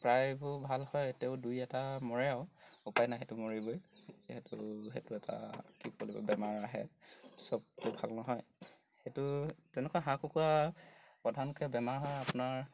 প্ৰায়বোৰ ভাল হয় তেও দুই এটা মৰে আৰু উপায় নাই সেটো মৰিবই যিহেতু সেটো এটা কি কৰিব বেমাৰ আহে সবটো ভাল নহয় সেইটো তেনেকুৱা হাঁহ কুকুৰা প্ৰধানকৈ বেমাৰ হয় আপোনাৰ